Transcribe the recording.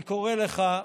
אני קורא לך,